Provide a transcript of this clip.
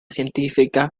científica